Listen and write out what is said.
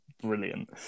brilliant